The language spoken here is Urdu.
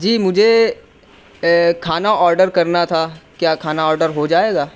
جی مجھے کھانا آرڈر کرنا تھا کیا کھانا آرڈر ہو جائے گا